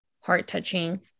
heart-touching